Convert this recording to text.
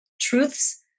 truths